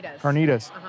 carnitas